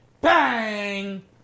Bang